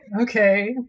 Okay